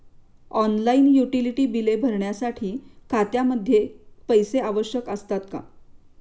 Online utility बिले भरण्यासाठी खात्यामध्ये पैसे आवश्यक असतात का?